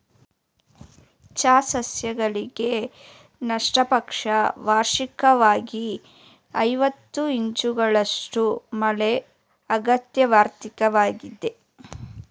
ಚಹಾ ಸಸ್ಯಗಳಿಗೆ ಕನಿಷ್ಟಪಕ್ಷ ವಾರ್ಷಿಕ್ವಾಗಿ ಐವತ್ತು ಇಂಚುಗಳಷ್ಟು ಮಳೆ ಅಗತ್ಯವಿರ್ತದೆ